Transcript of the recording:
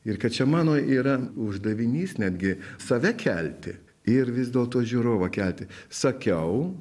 ir kad čia mano yra uždavinys netgi save kelti ir vis dėl to žiūrovą kelti sakiau